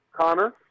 Connor